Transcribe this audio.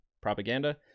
Propaganda